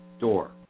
door